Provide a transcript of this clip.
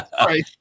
right